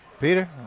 Peter